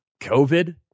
COVID